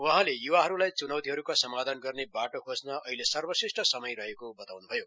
वहाँले युवाहरूलाई चुनौतिहरूका समाधान गर्ने बाटो खोजन अहिले सर्वश्रेष्ठ समय रहेको बताउन् भयो